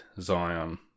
Zion